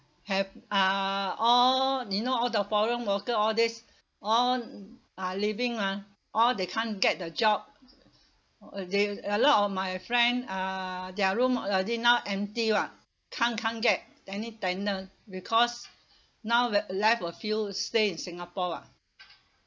have uh all you know all the foreign worker all this all are leaving mah all they can't get the job they a lot of my friends uh their room already now empty [what] can't can't get any tenant because now ve~ left a few stay in singapore [what]